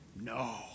No